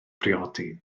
briodi